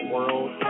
World